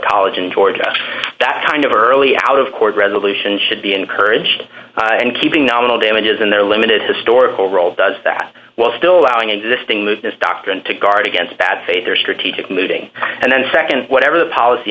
college in georgia that kind of early out of court resolution should be encouraged and keeping nominal damages in their limited historical role does that while still allowing existing moves this doctrine to guard against bad faith are strategic moving and then nd whatever the policy